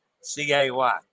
C-A-Y